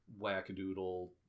wackadoodle